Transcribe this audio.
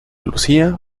lucía